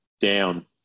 down